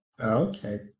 okay